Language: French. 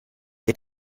est